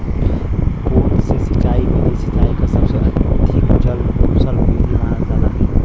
बूंद से सिंचाई विधि सिंचाई क सबसे अधिक जल कुसल विधि मानल जाला